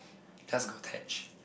just got attached